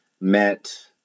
met